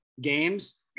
games